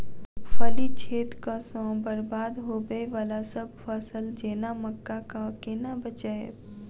फली छेदक सँ बरबाद होबय वलासभ फसल जेना मक्का कऽ केना बचयब?